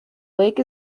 lake